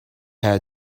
had